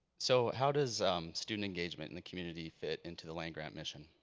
so how does student engagement in the community fit into the land-grant mission?